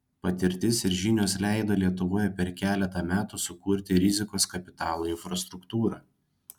patirtis ir žinios leido lietuvoje per keletą metų sukurti rizikos kapitalo infrastruktūrą